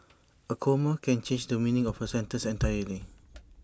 A comma can change the meaning of A sentence entirely